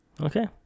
Okay